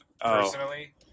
personally